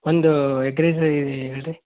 ಒಂದು egg rice ಹೇಳಿ ರೀ